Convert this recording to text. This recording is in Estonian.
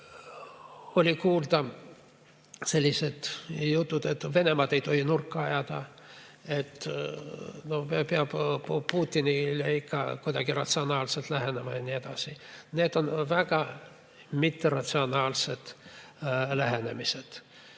Oli kuulda selliseid jutte, et Venemaad ei tohi nurka ajada ja Putinile peab ikka kuidagi ratsionaalselt lähenema ja nii edasi. Need on väga mitteratsionaalsed lähenemised.